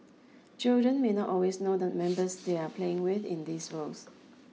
children may not always know the members they are playing with in these worlds